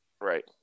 right